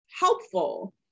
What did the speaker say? helpful